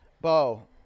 Bo